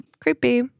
Creepy